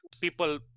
people